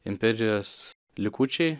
imperijos likučiai